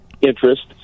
interest